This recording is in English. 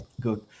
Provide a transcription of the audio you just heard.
good